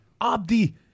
Abdi